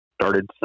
started